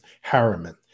Harriman